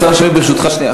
השר שמיר, ברשותך, שנייה.